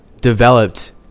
developed